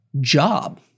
job